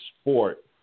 sport